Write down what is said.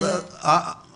בוקר טוב לכולכם.